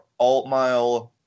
Altmile